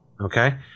Okay